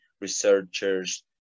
researchers